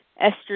Esther